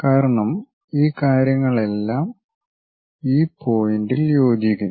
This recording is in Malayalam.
കാരണം ഈ കാര്യങ്ങളെല്ലാം ഈ പോയിൻ്റിൽ യോജിക്കുന്നു